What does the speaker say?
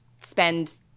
spend